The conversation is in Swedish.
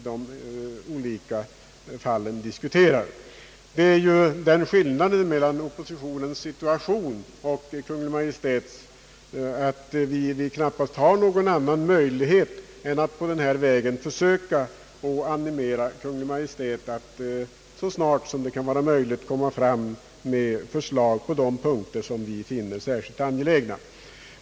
Det är ju den skillnaden mellan oppositionens situation och Kungl. Maj:ts att vi knappast har någon annan möjlighet än att på den här vägen försöka animera Kungl. Maj:t att så snart som möjligt komma fram med förslag på de punkter som vi finner särskilt angelägna.